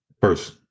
First